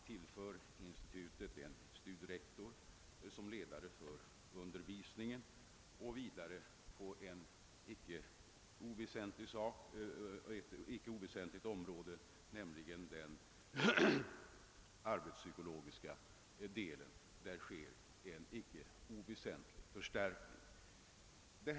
Institutet tillförs en studierektor som ledare för undervisningen. Även på ett annat viktigt område, nämligen den arbetspsykologiska delen, sker en icke oväsentlig förstärkning.